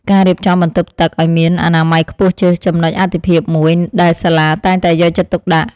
ការរៀបចំបន្ទប់ទឹកឱ្យមានអនាម័យខ្ពស់ជាចំណុចអាទិភាពមួយដែលសាលាតែងតែយកចិត្តទុកដាក់។